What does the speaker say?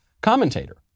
commentator